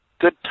good